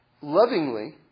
lovingly